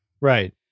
Right